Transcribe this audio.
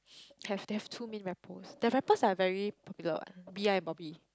have they have too many rappers their rappers are very popular one B_I Bobby